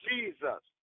Jesus